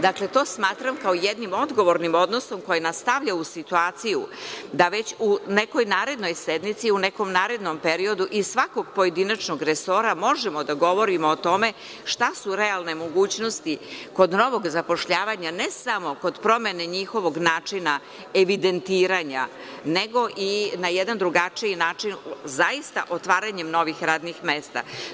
Dakle, to smatram kao jednim odgovornim odnosom koji nas stavlja u situaciju da već u nekoj narednoj sednici, u nekom narednom periodu iz svakog pojedinačnog resora možemo da govorimo o tome šta su realne mogućnosti kod novog zapošljavanja, ne samo kod promene njihovog načina evidentiranja, nego i na jedan drugačiji način, zaista otvaranjem novih radnih mesta.